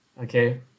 Okay